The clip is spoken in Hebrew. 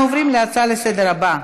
אנחנו עוברים להצעות הבאות לסדר-היום: